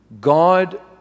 God